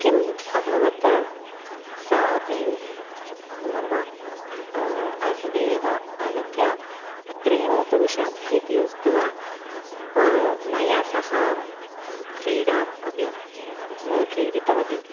किम् अभवत् सा अपि मम आसन्दे एव आगत्य अत्रैव उपविशामि इति उक्त्वा मया सह क्रीडाम् अपि क्रीडितवती